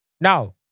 Now